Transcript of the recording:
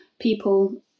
people